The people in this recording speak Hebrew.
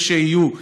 כשיהיו,